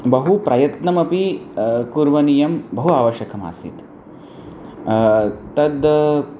बहु प्रयत्नमपि करणीयं बहु आवश्यकमासीत् तद्